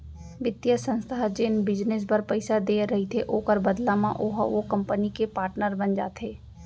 बित्तीय संस्था ह जेन बिजनेस बर पइसा देय रहिथे ओखर बदला म ओहा ओ कंपनी के पाटनर बन जाथे